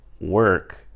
work